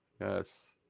Yes